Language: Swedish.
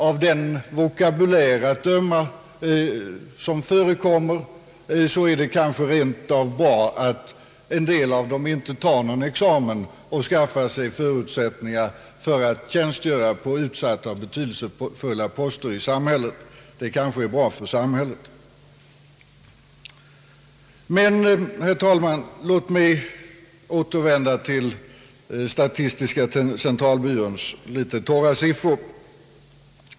Av den vokabulär att döma som förekommer är det kanske rent av bra att en del av dem inte tar examen och skaffar sig förutsättningar för att tjänstgöra på betydelsefulla poster i samhället; det kanske är bra för samhället. Men, herr talman, låt mig återvända till statistiska centralbyråns lite torra siffror.